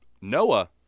Noah